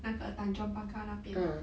那个 tanjong pagar 那边